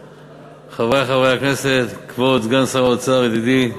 תודה, חברי חברי הכנסת, כבוד סגן שר האוצר ידידי,